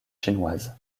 chinoises